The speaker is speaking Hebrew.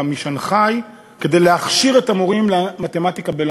משנגחאי ללונדון כדי להכשיר את המורים למתמטיקה.